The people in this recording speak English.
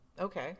okay